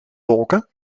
wolken